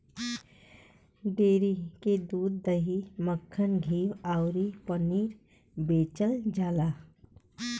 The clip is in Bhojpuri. डेयरी में दूध, दही, मक्खन, घीव अउरी पनीर बेचल जाला